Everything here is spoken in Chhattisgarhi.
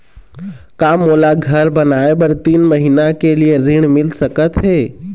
का मोला घर बनाए बर तीन महीना के लिए ऋण मिल सकत हे?